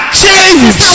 change